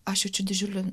aš jaučiu didžiulį